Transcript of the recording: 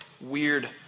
weird